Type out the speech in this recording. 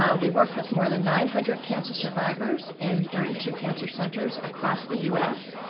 um we worked with more than nine hundred cancer survivors in thirty two cancer centers across the u s,